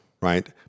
Right